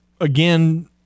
again